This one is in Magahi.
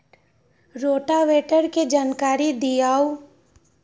रोटावेटर के जानकारी दिआउ?